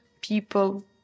people